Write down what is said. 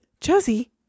Josie